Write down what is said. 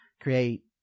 create